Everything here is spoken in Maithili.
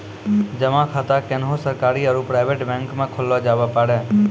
जमा खाता कोन्हो सरकारी आरू प्राइवेट बैंक मे खोल्लो जावै पारै